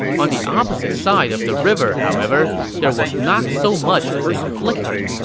on the opposite side of the river, however, there was not so much as a flicker.